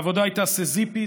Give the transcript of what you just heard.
העבודה הייתה סיזיפית,